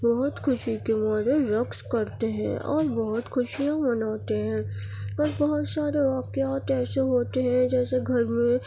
بہت خوشی کے مارے رقص کرتے ہیں اور بہت خوشیاں مناتے ہیں اور بہت سارے واقعات ایسے ہوتے ہیں جیسے گھر میں